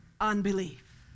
unbelief